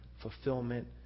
Fulfillment